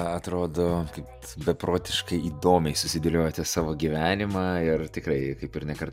atrodo kaip beprotiškai įdomiai susidėliojote savo gyvenimą ir tikrai kaip ir ne kar